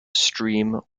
stream